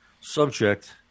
subject